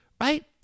right